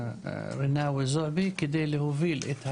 רינאווי זועבי כדי להוביל את הדיון,